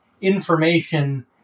information